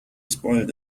spoiled